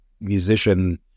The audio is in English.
musician